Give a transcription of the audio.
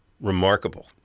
remarkable